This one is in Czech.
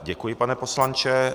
Děkuji, pane poslanče.